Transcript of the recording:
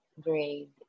grade